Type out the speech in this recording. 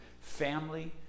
family